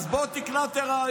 אמסלם, אתה רוצה תשובה?